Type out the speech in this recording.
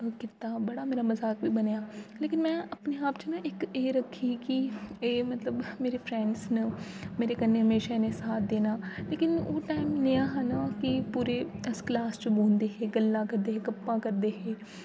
कीता बड़ा मेरा मजाक बी बनेआ लेकिन में अपने आप च मैं इक एह् रक्खी कि एह् मतलब मेरे फ्रैंडस न मेरे कन्नै हमेशा इ'नें साथ देना लेकिन ओह् टाइम नेहा हा ना कि पूरे अस क्लास च बौंह्दे हे गल्लां करदे हे गप्पां करदे हे